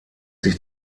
sich